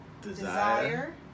desire